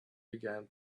began